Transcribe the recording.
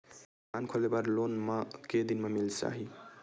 दुकान खोले बर लोन मा के दिन मा मिल जाही?